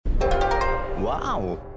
Wow